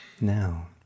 now